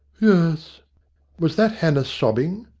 yes was that hannah sobbing?